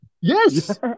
Yes